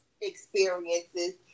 experiences